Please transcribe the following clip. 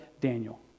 Daniel